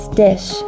dish